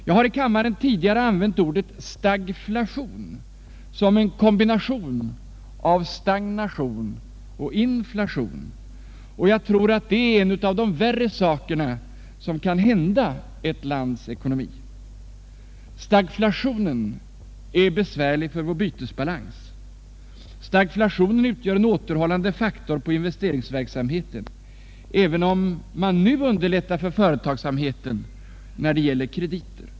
Jag har i kammaren tidigare använt ordet stagflation som en kombination av stagnation och inflation, och jag tror att stagflation är en av de värre saker som kan hända ett lands ckonomi. Stagflationen är besvärlig för vår bytesbalans. Stagflationen utgör en återhäållande faktor på investeringsverksamheten, även om man nu underlättar för företagsamheten när det gäller krediter.